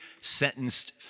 sentenced